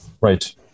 Right